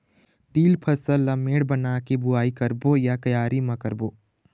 तील फसल ला मेड़ बना के बुआई करबो या क्यारी म करबो?